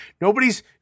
nobody's